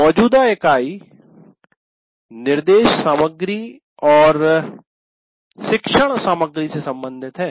मौजूदा इकाई निर्देश सामग्री और शिक्षण सामग्री से संबंधित है